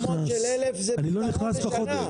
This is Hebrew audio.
עשר מקומות של 1,000 זה פתרון לשנה.